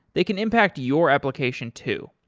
they can impact your application too.